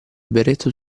berretto